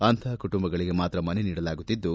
ಅಂತಪ ಕುಟುಂಬಗಳಿಗೆ ಮಾತ್ರ ಮನೆ ನೀಡಲಾಗುತ್ತಿದ್ಲು